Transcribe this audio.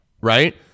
Right